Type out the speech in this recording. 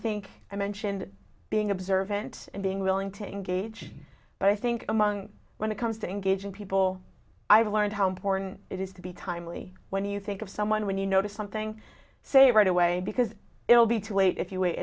think i mentioned being observant and being willing to engage but i think among when it comes to engaging people i've learned how important it is to be timely when you think of someone when you notice something say right away because it will be too late if you wait